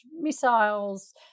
missiles